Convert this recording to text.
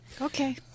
Okay